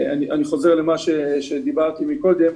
אני חוזר למה שאמרתי קודם.